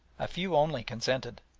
a few only consented,